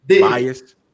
biased